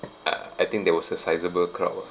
uh I think there was a sizeable crowd ah